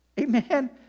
Amen